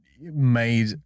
made